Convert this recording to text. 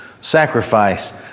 sacrifice